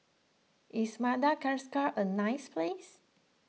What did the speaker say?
is Madagascar a nice place